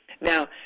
Now